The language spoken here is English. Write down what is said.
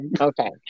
Okay